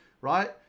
right